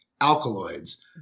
alkaloids